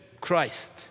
Christ